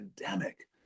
pandemic